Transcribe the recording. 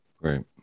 Right